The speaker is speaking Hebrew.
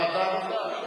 רבותי,